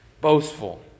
boastful